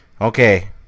Okay